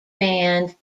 band